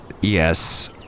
Yes